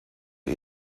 und